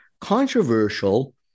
controversial